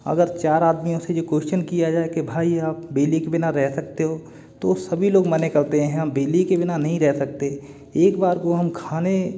अगर चार आदमी जो कोस्चन किया जाए कि भाई आप बिजली के बिना रह सकते हो तो सभी लोग मने करते हैं हम बिजली के बिना नहीं रह सकते एकबार को हम खाने